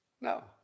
No